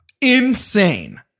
insane